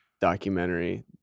documentary